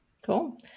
Cool